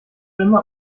immer